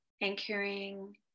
anchoring